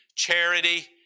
Charity